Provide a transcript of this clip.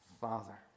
father